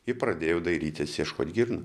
ir pradėjau dairytis ieškot girnų